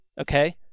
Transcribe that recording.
Okay